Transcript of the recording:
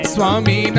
Swami